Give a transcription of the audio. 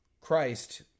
Christ